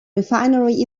refinery